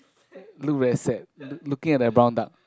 look very sad look~ looking at the brown duck